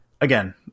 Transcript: again